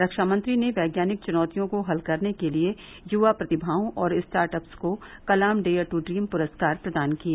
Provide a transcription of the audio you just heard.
रक्षामंत्री ने वैज्ञानिक चुनौतियों को हल करने के लिए युवा प्रतिभाओं और स्टार्टअप्स को कलाम डेयर टू ड्रीम पुरस्कार प्रदान किए